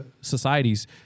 societies